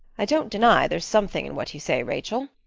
i don't deny there's something in what you say, rachel.